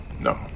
no